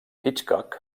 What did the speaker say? hitchcock